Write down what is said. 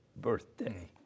birthday